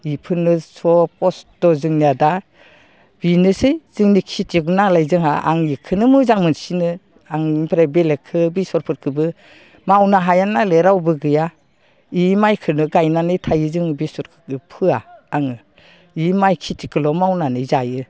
बेफोरनो खस्थ' जोंनिया दा बिनोसै जोंनि खेथिय'ग नालाय जोंहा आं बेखौनो मोजां मोनसिनो आं बिनिफ्राय बेलेगखौ बेसरफोरखौबो मावनो हाया नालाय रावबो गैया बे मायखौनो गायनानै थायो जोङो बेसरफोरखौ फोआ आङो बे माइ खेथिखौल' मावनानै जायो